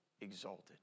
exalted